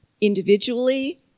individually